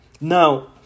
Now